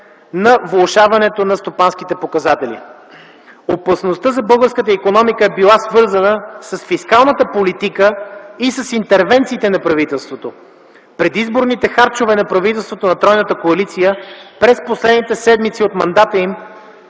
на влошаването на стопанските показатели. Опасността за българската икономика е била свързана с фискалната политика и с интервенциите на правителството. Предизборните харчове на правителството на тройната коалиция през последните седмици от мандата им